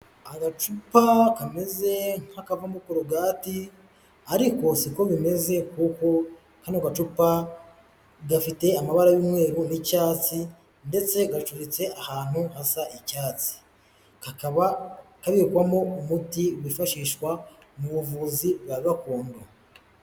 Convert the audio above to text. Agacupa kameze nk'akavamo korogati, ariko si ko bimeze, kuko hano gacupa gafite amabara y'umweru n'icyatsi, ndetse gacutitse ahantu hashya icyari. Kakaba kabikwamo umuti wifashishwa mu buvuzi bwa gakondo.